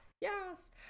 Yes